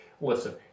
Listen